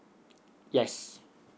yes